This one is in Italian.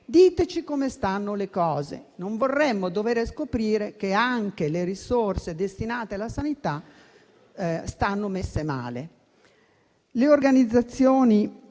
Diteci come stanno le cose. Non vorremmo dover scoprire che anche le risorse destinate alla sanità stanno messe male. Le organizzazioni